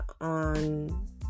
on